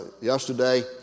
yesterday